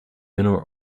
mineral